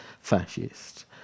fascist